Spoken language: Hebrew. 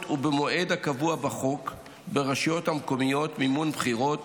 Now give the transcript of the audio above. ובמועד הקבוע בחוק הרשויות המקומיות (מימון בחירות),